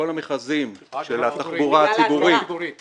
כל המכרזים של התחבורה הציבורית מוקפאים.